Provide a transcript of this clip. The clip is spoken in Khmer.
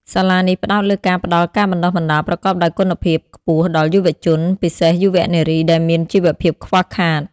សាលានេះផ្តោតលើការផ្តល់ការបណ្តុះបណ្តាលប្រកបដោយគុណភាពខ្ពស់ដល់យុវជន ពិសេសយុវនារីដែលមានជីវភាពខ្វះខាត។